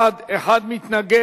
זה חל גם על ההקדשות.